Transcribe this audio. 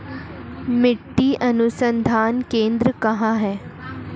मिट्टी अनुसंधान केंद्र कहाँ है?